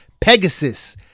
pegasus